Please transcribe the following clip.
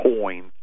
coins